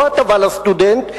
לא ההטבה לסטודנט,